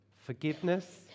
forgiveness